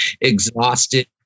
Exhausted